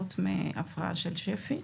חוץ מההפרעה של שפי,